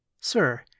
Sir